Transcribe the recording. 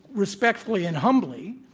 respectfully and humbly,